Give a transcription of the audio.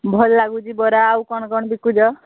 ଭଲ ଲାଗୁଛି ବରା ଆଉ କ'ଣ କ'ଣ ବିକୁଛ